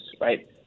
right